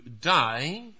die